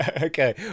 Okay